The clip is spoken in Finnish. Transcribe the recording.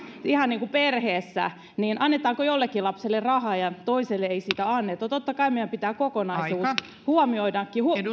ihan niin kuin perheessä niin annetaanko jollekin lapselle rahaa ja toiselle ei sitä anneta totta kai meidän pitää kokonaisuus huomioida